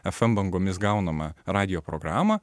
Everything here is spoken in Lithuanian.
fm bangomis gaunamą radijo programą